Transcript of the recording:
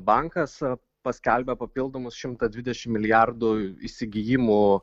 bankas paskelbė papildomus šimtą dvidešim milijardų įsigijimų